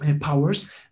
Powers